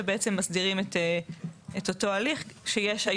ובעצם מסדירים את אותו הליך שיש היום.